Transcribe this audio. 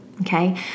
Okay